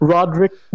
Roderick